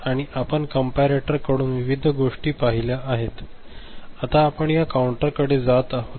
आणि आपण कंपॅरेटर कडून विविध गोष्टी पाहिल्या आहेत आता आपण या काउंटरकडे जात आहोत